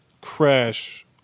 Crash